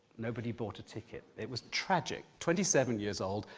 nobody bought a ticket. it was tragic twenty seven years old,